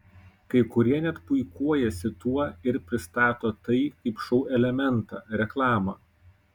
kai kurie net puikuojasi tuo ir pristato tai kaip šou elementą reklamą